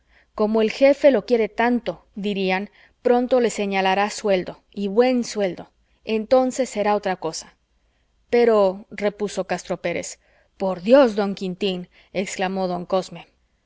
cómo el jefe lo quiere tanto dirían pronto le señalará sueldo y buen sueldo entonces será otra cosa pero repuso castro pérez por dios don quintín exclamó don cosme